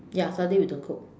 ya Saturday we don't cook